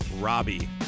Robbie